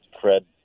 Fred